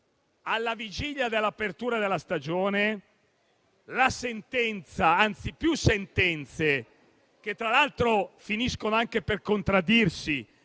alla vigilia dell'apertura della stagione ci sono più sentenze che tra l'altro finiscono anche per contraddirsi,